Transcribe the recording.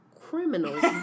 criminals